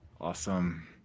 Awesome